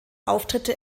auftritte